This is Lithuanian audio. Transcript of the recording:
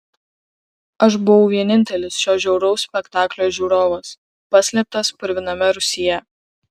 aš buvau vienintelis šio žiauraus spektaklio žiūrovas paslėptas purviname rūsyje